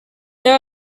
there